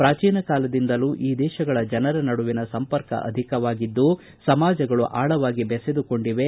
ಪ್ರಾಜೀನ ಕಾಲದಿಂದಲೂ ಈ ದೇಶಗಳ ಜನರ ನಡುವಿನ ಸಂಪರ್ಕ ಅಧಿಕವಾಗಿದ್ದು ಸಮಾಜಗಳು ಆಳವಾಗಿ ಬೆಸೆದುಕೊಂಡಿವೆ